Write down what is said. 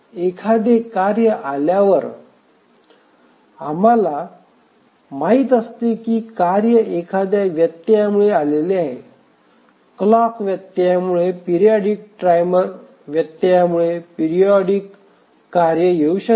एखादे कार्य आल्यावर आम्हाला माहित असते की कार्य एखाद्या व्यत्ययामुळे आलेले आहे क्लॉक व्यत्ययामुळे पिरिऑडिक टाइमर व्यत्ययामुळे पिरिऑडिक कार्य येऊ शकते